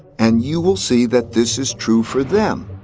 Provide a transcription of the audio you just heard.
and you will see that this is true for them.